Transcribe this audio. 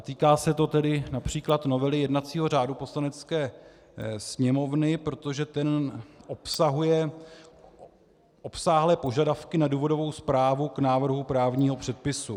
Týká se to tedy například novely jednacího řádu Poslanecké sněmovny, protože ten obsahuje obsáhlé požadavky na důvodovou zprávu k návrhu právního předpisu.